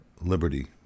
liberty